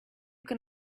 can